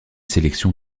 sélection